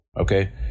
Okay